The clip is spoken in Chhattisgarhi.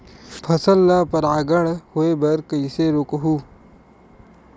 फसल ल परागण होय बर कइसे रोकहु?